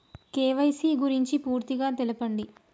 KYC గురించి పూర్తిగా తెలపండి?